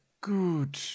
Good